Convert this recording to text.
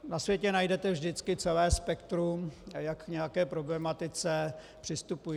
Na světě najdete vždy celé spektrum, jak k nějaké problematice přistupují.